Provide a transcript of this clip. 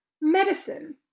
Medicine